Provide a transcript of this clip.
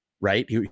right